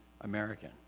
American